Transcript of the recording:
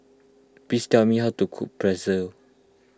please tell me how to cook Pretzel